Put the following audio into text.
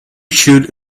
should